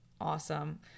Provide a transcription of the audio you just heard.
Awesome